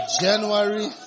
January